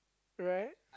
right